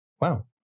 Wow